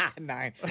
Nine